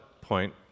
point